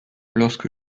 lorsque